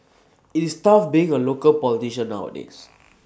IT is tough being A local politician nowadays